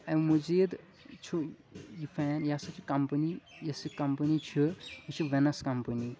امہِ مٔزیٖد چھُ یہِ فین یہِ ہسا چھُ کمپنی یۄس یہِ کمپنی چھِ یہِ چھِ وینس کمپنی